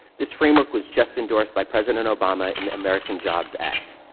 this framework was just endorsed by president obama in the american jobs act.